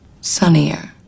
sunnier